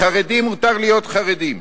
לחרדים מותר להיות חרדים,